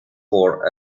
for